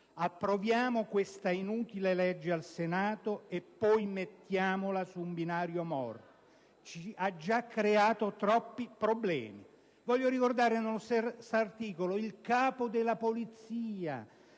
«Approviamo questa inutile legge al Senato e poi mettiamola su un binario morto. Ha già creato troppi problemi». Voglio ricordare un articolo dove il capo della Polizia